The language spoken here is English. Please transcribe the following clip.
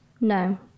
No